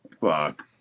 Fuck